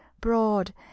broad